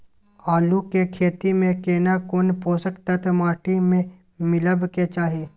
आलू के खेती में केना कोन पोषक तत्व माटी में मिलब के चाही?